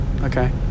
okay